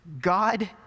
God